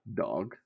Dog